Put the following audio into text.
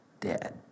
dead